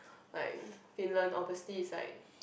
like Finland obviously is like